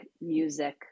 music